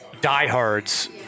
diehards